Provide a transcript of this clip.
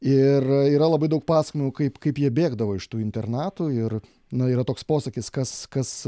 ir yra labai daug pasakojimų kaip kaip jie bėgdavo iš tų internatų ir na yra toks posakis kas kas